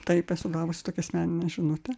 taip esu gavusi tokią asmeninę žinutę